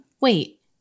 Wait